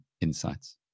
insights